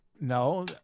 No